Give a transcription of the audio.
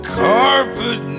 carpet